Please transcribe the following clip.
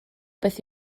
beth